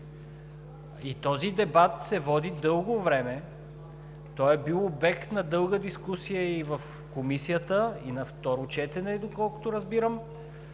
Този дебат се води дълго време, той е бил обект на дълга дискусия и в Комисията, и на второ четене. Доколкото разбирам,